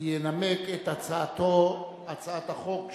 וינמק את הצעת החוק שלו,